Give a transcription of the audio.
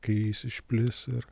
kai jis išplis ir